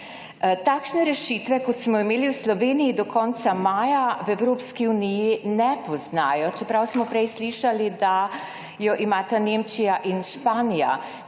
Takšne rešitve kot smo jo imeli v Sloveniji do konca maja v Evropski uniji ne poznajo, čeprav smo prej slišali, da jo imata Nemčija in Španija.